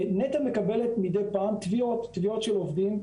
נת"ע מקבלת מדי פעם תביעות, תביעות של עובדים,